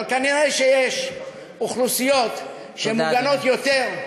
אבל כנראה יש אוכלוסיות שמוגנות יותר.